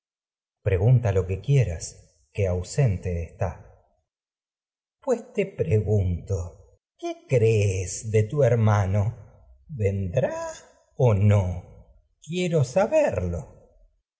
pregunta lo que quieras que ausente está coro no pues te pregunto qué crees de tu herma vendrá o no quiero saberlo